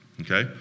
okay